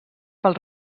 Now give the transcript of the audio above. pel